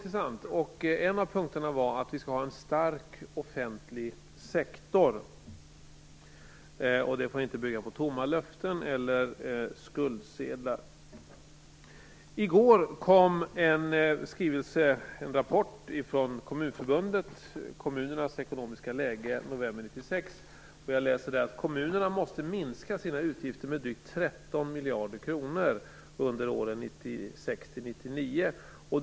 En av punkterna var att vi skall ha en stark offentlig sektor. Den får inte bygga på tomma löften eller skuldsedlar. I går kom en rapport från Kommunförbundet, Kommunernas ekonomiska läge november 96. Där kan man läsa att kommunerna måste minska sina utgifter med drygt 13 miljarder kronor under åren 1996-1999.